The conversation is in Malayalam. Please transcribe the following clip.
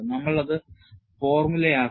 നമ്മൾ അത് ഫോർമുല ആക്കും